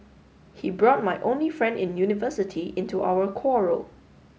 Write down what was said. he brought my only friend in university into our quarrel